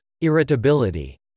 irritability